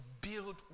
build